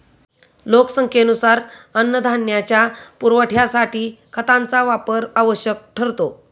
लोकसंख्येनुसार अन्नधान्याच्या पुरवठ्यासाठी खतांचा वापर आवश्यक ठरतो